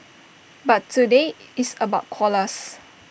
but today it's about koalas